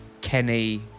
Kenny